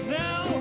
now